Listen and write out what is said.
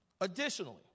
Additionally